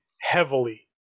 heavily